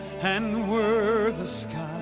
and were the skies